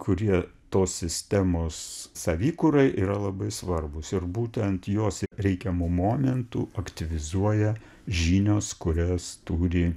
kurie tos sistemos savikūrai yra labai svarbūs ir būtent juos reikiamu momentu aktyvizuoja žinios kurias turi